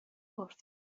گفتی